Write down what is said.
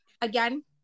again